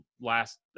last